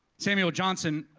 samuel johnson,